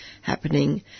happening